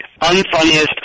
Unfunniest